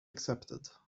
accepted